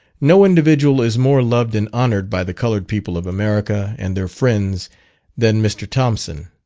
no individual is more loved and honoured by the coloured people of america, and their friends than mr. thompson.